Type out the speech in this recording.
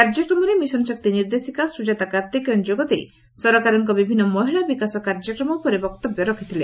କାର୍ଯ୍ୟକ୍ରମରେ ମିଶନ ଶକ୍ତି ନିର୍ଦ୍ଦେଶିକା ସୁଜାତା କାର୍ତିକେୟନ ଯୋଗଦେଇ ସରକାରଙ୍କ ବିଭିନ୍ ମହିଳା ବିକାଶ କାର୍ଯ୍ୟକ୍ରମ ଉପରେ ବକ୍ତବ୍ୟ ରଖିଥିଲେ